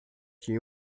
que